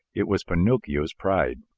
it was pinocchio's pride.